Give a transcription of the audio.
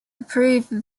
approve